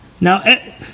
Now